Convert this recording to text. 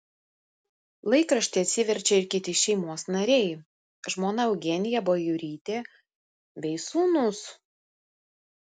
laikraštį atsiverčia ir kiti šeimos nariai žmona eugenija bajorytė bei sūnūs